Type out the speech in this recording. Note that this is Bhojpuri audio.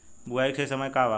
बुआई के सही समय का वा?